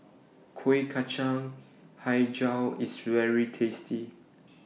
Kueh Kacang Hijau IS very tasty